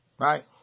Right